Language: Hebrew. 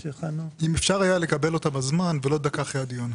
אם אפשר לקבל אותה בזמן ולא דקה אחרי הדיון.